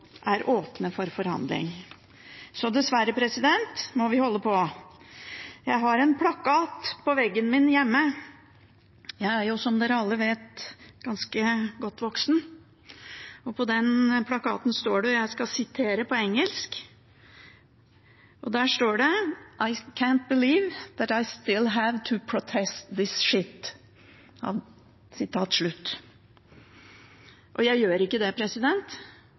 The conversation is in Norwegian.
er åpne for forhandlinger. – Så dessverre må vi holde på. Jeg har en plakat på veggen min hjemme – jeg er, som dere alle vet, ganske godt voksen – og på den plakaten står det: «I can’t believe that I still have to protest this shit». Og jeg gjør ikke det